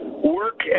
work